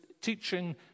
teaching